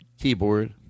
Keyboard